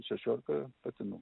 šešiolika patinų